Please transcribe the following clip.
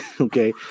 Okay